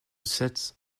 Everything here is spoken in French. sept